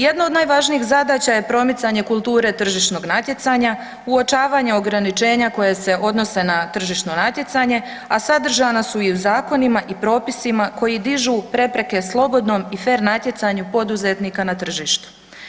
Jedno od najvažnijih zadaća je promicanje kulture tržišnog natjecanja, uočavanje ograničenja koja se odnose na tržišno natjecanje, a sadržana su i u zakonima i u propisima koji dižu prepreke slobodnom i fer natjecanju poduzetnika na tržištu.